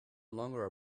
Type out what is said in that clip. longer